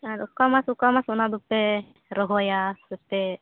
ᱟᱨ ᱚᱠᱟ ᱢᱟᱥ ᱚᱠᱟ ᱢᱟᱥ ᱚᱱᱟ ᱫᱚᱯᱮ ᱨᱚᱦᱚᱭᱟ ᱥᱮ ᱯᱮ